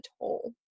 toll